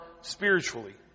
spiritually